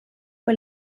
fue